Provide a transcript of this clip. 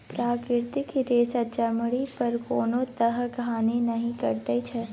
प्राकृतिक रेशा चमड़ी पर कोनो तरहक हानि नहि करैत छै